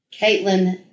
Caitlin